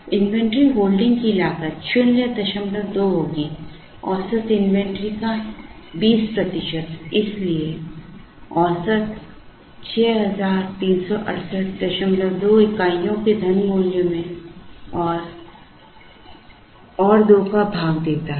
inventory holding की लागत 02 होगी औसत इन्वेंट्री का 20 प्रतिशत इसलिए औसत 63682 इकाइयों के धन मूल्य में एक और 2 का भाग देता है